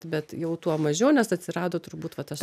bet jau tuo mažiau nes atsirado turbūt va tas